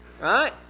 right